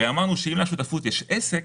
הרי אמרנו שאם לשותפות יש עסק